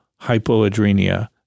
hypoadrenia